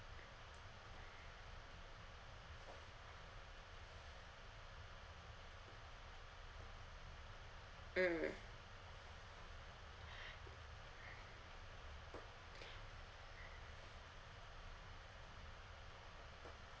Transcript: mm